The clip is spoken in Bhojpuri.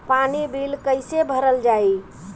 पानी बिल कइसे भरल जाई?